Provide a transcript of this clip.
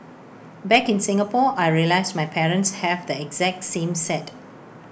back in Singapore I realised my parents have the exact same set